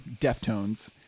Deftones